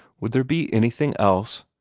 would there be anything else?